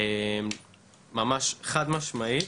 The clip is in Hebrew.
חד משמעית.